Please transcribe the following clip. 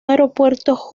aeropuerto